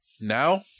now